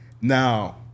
Now